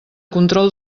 control